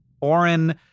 Oren